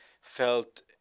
felt